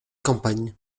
campagne